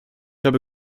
habe